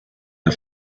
the